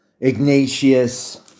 Ignatius